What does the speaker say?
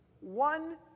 one